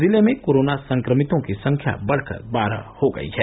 जिले में कोरोना संक्रमितों की संख्या बढ़कर बारह हो गयी है